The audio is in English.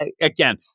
again